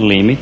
limit